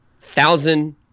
thousand